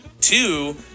Two